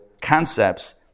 concepts